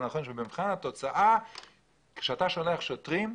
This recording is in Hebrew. זה נכון שבמבחן התוצאה כשאתה שולח שוטרים,